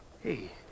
Hey